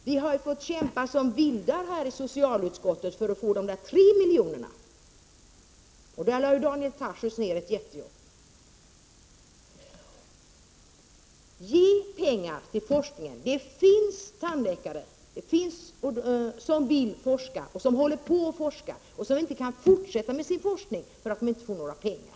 Vi har fått kämpa som vildar här i socialutskottet för att få tre miljoner. Där lade Daniel Tarschys ner ett jättejobb. Ge pengar till forskning! Det finns tandläkare som vill forska, som håller 7 på att forska och inte kan fortsätta med sin forskning därför att de inte får några pengar.